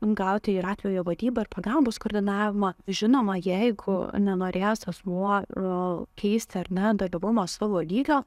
gauti ir atvejo vadybą ir pagalbos koordinavimą žinoma jeigu nenorės asmuo rou keisti ar ne dalyvumo savo lygio